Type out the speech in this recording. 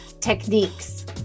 techniques